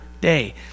day